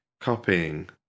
copying